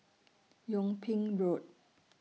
Yung Ping Road